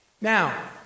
Now